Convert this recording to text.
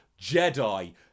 Jedi